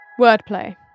Wordplay